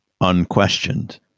unquestioned